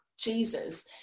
Jesus